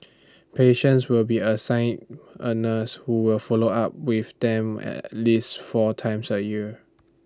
patients will be assigned A nurse who will follow up with them at least four times A year